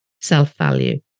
self-value